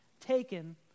taken